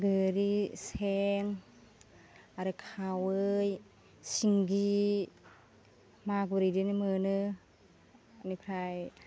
गोरि सें आरो खावै सिंगि मागुर इदिनो मोनो बेनिफाय